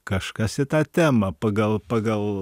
kažkas į tą temą pagal pagal